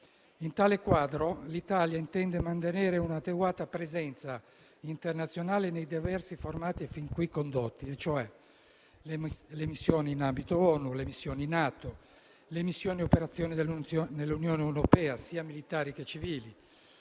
In tale quadro, l'Italia intende mantenere un'adeguata presenza internazionale nei diversi formati fin qui condotti (ossia le missioni in ambito ONU e quelle NATO; le missioni-operazioni nell'Unione Europea, sia militari sia civili;